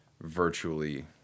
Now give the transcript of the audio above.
virtually